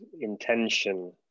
intention